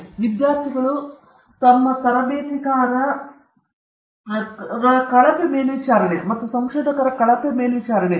ನಂತರ ವಿದ್ಯಾರ್ಥಿಗಳು ಮತ್ತು ತರಬೇತಿಗಾರರ ಕಳಪೆ ಮೇಲ್ವಿಚಾರಣೆ ಮತ್ತು ಸಂಶೋಧಕರ ಕಳಪೆ ಮೇಲ್ವಿಚಾರಣೆ